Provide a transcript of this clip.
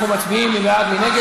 נתקבלה.